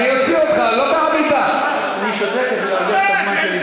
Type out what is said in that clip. אדוני היושב-ראש, יש